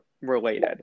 related